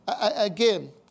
Again